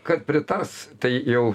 kad pritars tai jau